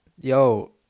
yo